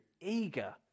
eager